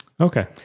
Okay